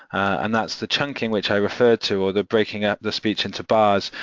and that's the chunking which i referred to or the breaking up the speech into bars,